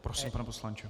Prosím, pane poslanče.